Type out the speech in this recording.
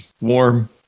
warm